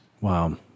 Wow